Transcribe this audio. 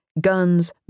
Guns